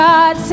God